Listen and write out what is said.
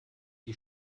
die